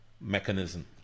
mechanism